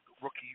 rookie